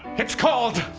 it's called.